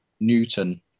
Newton